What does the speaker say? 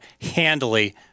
handily